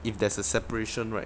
if there's a separation right